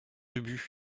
ubu